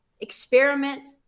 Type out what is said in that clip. experiment